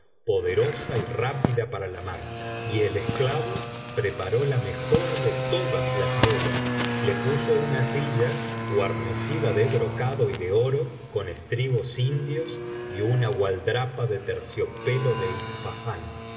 poderosa y rápida para la marcha y el esclavo biblioteca valenciana las mil noches y una noche preparó la mejor de todas las muías le puso una silla guarnecida de brocado y de oro con estribos indios y una gualdrapa de terciopelo de ispahán y